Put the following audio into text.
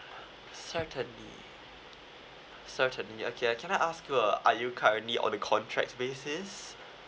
certainly certainly okay can I ask you uh are you currently on the contracts basis